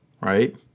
right